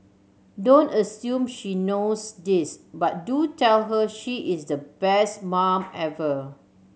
don't assume she knows this but do tell her she is the best mum ever